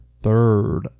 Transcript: third